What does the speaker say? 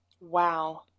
Wow